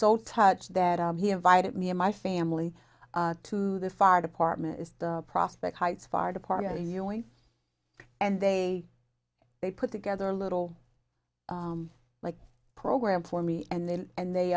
so touched that he invited me and my family to the fire department is the prospect heights fire department ewing and they they put together a little like program for me and they and they